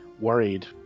worried